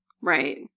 Right